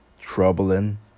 troubling